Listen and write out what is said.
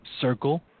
circle